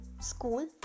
school